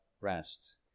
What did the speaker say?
rest